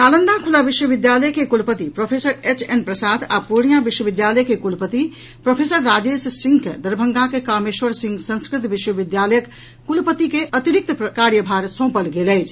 नालंदा खुला विश्वविद्यालय के कुलपति प्रोफेसर एच एन प्रसाद को पटना विश्वविद्यालय आ पूर्णिया विश्वविद्यालय के कुलपति प्रोफेसर राजेश सिंह के दरभंगाक कामेश्वर सिंह संस्कृत विश्वविद्यालयक कुलपति के अतिरिक्त कार्यभार सौंपल गेल अछि